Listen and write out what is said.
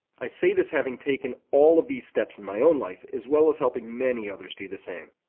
i say this having take and all of these steps in my own life as well as helping many others do the same.